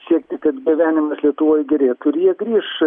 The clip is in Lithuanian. siekti kad gyvenimas lietuvoje gėrėtų ir jie grįš